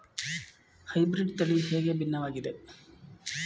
Hybrid ತಳಿ ಹೇಗೆ ಭಿನ್ನವಾಗಿದೆ?